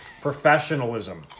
professionalism